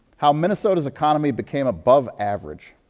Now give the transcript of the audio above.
how minnesota's economy became above average.